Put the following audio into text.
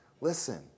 Listen